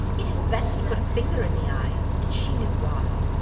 it is best put finger in the eye, an she knew why.